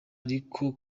ariko